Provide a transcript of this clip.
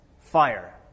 fire